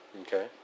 Okay